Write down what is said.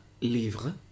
livre